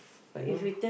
you know